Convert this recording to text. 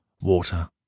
water